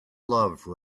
love